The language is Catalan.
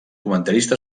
comentarista